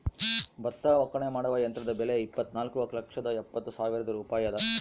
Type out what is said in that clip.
ಭತ್ತ ಒಕ್ಕಣೆ ಮಾಡುವ ಯಂತ್ರದ ಬೆಲೆ ಇಪ್ಪತ್ತುನಾಲ್ಕು ಲಕ್ಷದ ಎಪ್ಪತ್ತು ಸಾವಿರ ರೂಪಾಯಿ ಅದ